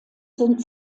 sind